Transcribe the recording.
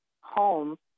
home